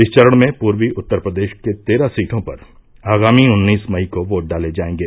इस चरण में पूर्वी उत्तर प्रदेश के तेरह सीटों पर आगामी उन्नीस मई को वोट डाले जायेंगे